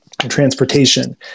transportation